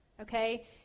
Okay